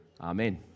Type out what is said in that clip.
Amen